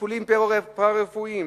טיפולים פארה-רפואיים,